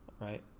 Right